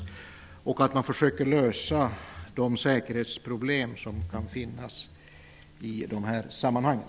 Dessutom måste man försöka lösa de säkerhetsproblem som kan finnas i de här sammanhangen.